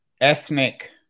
ethnic